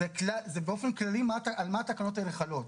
באופן כללי על מה התקנות האלה חלות.